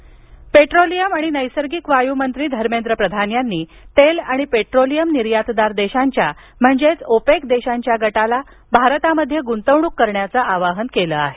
Dharmendra Pradhan petroleum आणि नैसर्गिक वायू मंत्री धर्मेंद्र प्रधान यांनी तेल आणि पेट्रोलियम निर्यातदार देशांच्या म्हणजे ओपेक देशांच्या गटाला भारतात गुंतवणूक करण्याचं आवाहन केलं आहे